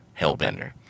Hellbender